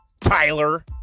Tyler